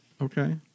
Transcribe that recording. Okay